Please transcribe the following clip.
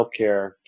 healthcare